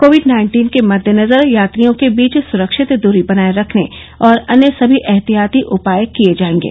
Covid nineteen के मद्देनजर यात्रियों के बीच सुरक्षित दूरी बनाए रखने और अन्य सभी एहतियाती उपाय किए जायेंगे